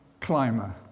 climber